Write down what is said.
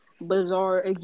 Bizarre